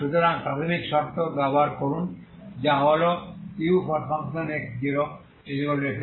সুতরাং প্রাথমিক শর্ত 1 ব্যবহার করুন যা হল ux0f